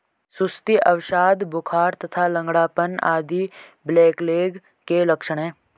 सुस्ती, अवसाद, बुखार तथा लंगड़ापन आदि ब्लैकलेग के लक्षण हैं